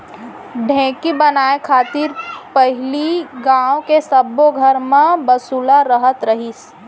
ढेंकी बनाय खातिर पहिली गॉंव के सब्बो घर म बसुला रहत रहिस